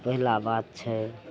पहिला बात छै